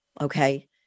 okay